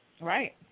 Right